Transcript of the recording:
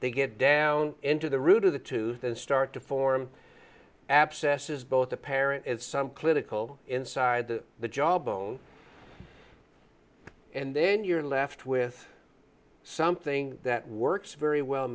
they get down into the root of the tooth and start to form abscesses both the parent and some clinical inside the the job own and then you're left with something that works very well